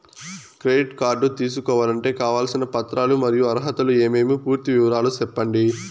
Credit card తీసుకోవాలంటే కావాల్సిన పత్రాలు మరియు అర్హతలు ఏమేమి పూర్తి వివరాలు సెప్పండి?